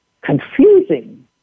confusing